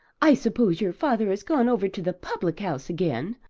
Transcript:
i suppose your father has gone over to the public-house again.